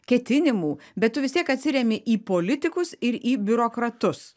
ketinimų bet tu vis tiek atsiremi į politikus ir į biurokratus